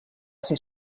ser